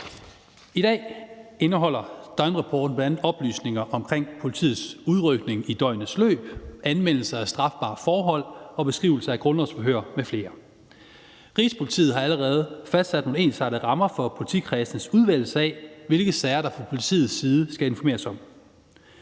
I dag indeholder døgnrapporten bl.a. oplysninger om politiets udrykning i døgnets løb, anmeldelser af strafbare forhold og beskrivelser af grundlovsforhør m.m. Rigspolitiet har allerede fastsat nogle ensartede rammer for politikredsenes udvælgelse af, hvilke sager der fra politiets side skal informeres om.